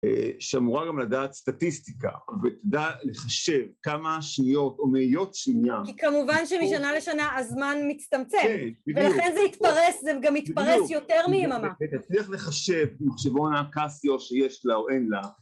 שאמורה גם לדעת סטטיסטיקה ולחשב כמה שניות או מאיות שנייה כי כמובן שמשנה לשנה הזמן מצטמצם ולכן זה גם מתפרס יותר מיממה תצליח לחשב מחשבון הקאסיו שיש לה או אין לה